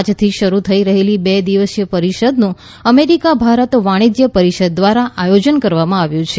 આજથી શરૂ થઈ રહેલી બે દિવસીય પરિષદનું અમેરિકા ભારત વાણિજ્ય પરિષદ દ્વારા આયોજન કરવામાં આવ્યું છે